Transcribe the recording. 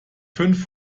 fünf